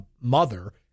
mother